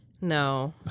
No